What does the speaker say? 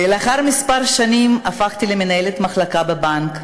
לאחר כמה שנים הפכתי למנהלת מחלקה בבנק,